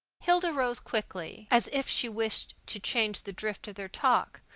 hilda rose quickly, as if she wished to change the drift of their talk,